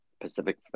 pacific